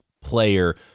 player